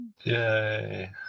Yay